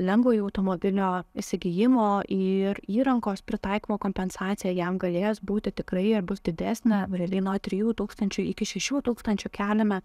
lengvojo automobilio įsigijimo ir įrangos pritaikymo kompensaciją jam galės būti tikrai ir bus didesnė realiai nuo trijų tūkstančių iki šešių tūkstančių keliame